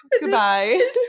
goodbye